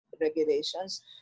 regulations